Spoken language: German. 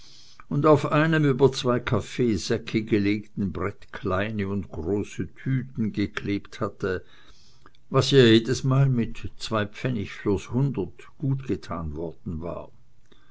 und auf einem über zwei kaffeesäcke gelegten brett kleine und große düten geklebt hatte was ihr jedesmal mit zwei pfennig fürs hundert gutgetan worden war